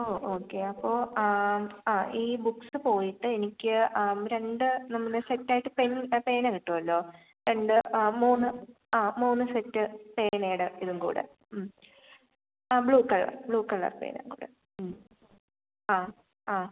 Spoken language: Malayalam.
ഓ ഓക്കെ അപ്പോൾ ആ ഈ ബുക്സ് പോയിട്ട് എനിക്ക് രണ്ട് നമ്മുടെ സെറ്റ് ആയിട്ട് പെൻ പേന കിട്ടുമല്ലോ രണ്ട് ആ മൂന്ന് ആ മൂന്ന് സെറ്റ് പേനയുടെ ഇതും കൂടെ ആ ബ്ലൂ കളർ ബ്ലൂ കളർ പെനയും കൂടെ ആ ആ